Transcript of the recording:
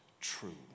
true